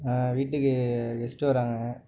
வீட்டுக்கு கெஸ்ட்டு வராங்க